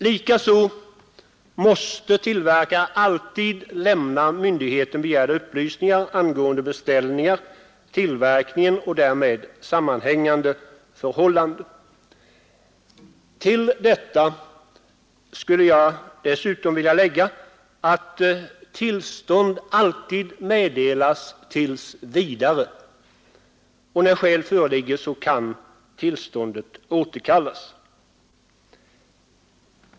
Likaså måste tillverkaren alltid lämna av myndigheten begärda upplysningar angående beställningar, tillverkningen och med den sammanhängade förhållanden. Till detta skulle jag dessutom vilja lägga att tillstånd alltid meddelas ”tills vidare”. När skäl föreligger kan detta tillstånd återkallas.